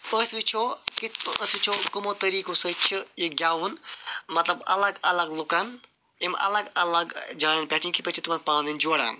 أسۍ وچھُو کِتھ أسۍ وُچھُو کٕمو طریٖقو سۭتۍ چھُ یہ گیٚوُن مطلب الگ الگ لوٗکن یِم الگ الگ جاین پٮ۪ٹھ یہِ کِتھ پٲٹھۍ چھُ تِمن پانہٕ وٲنۍ جۄڈان